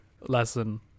lesson